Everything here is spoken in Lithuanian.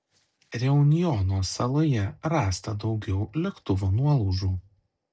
reunjono saloje rasta daugiau lėktuvo nuolaužų